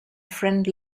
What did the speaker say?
friend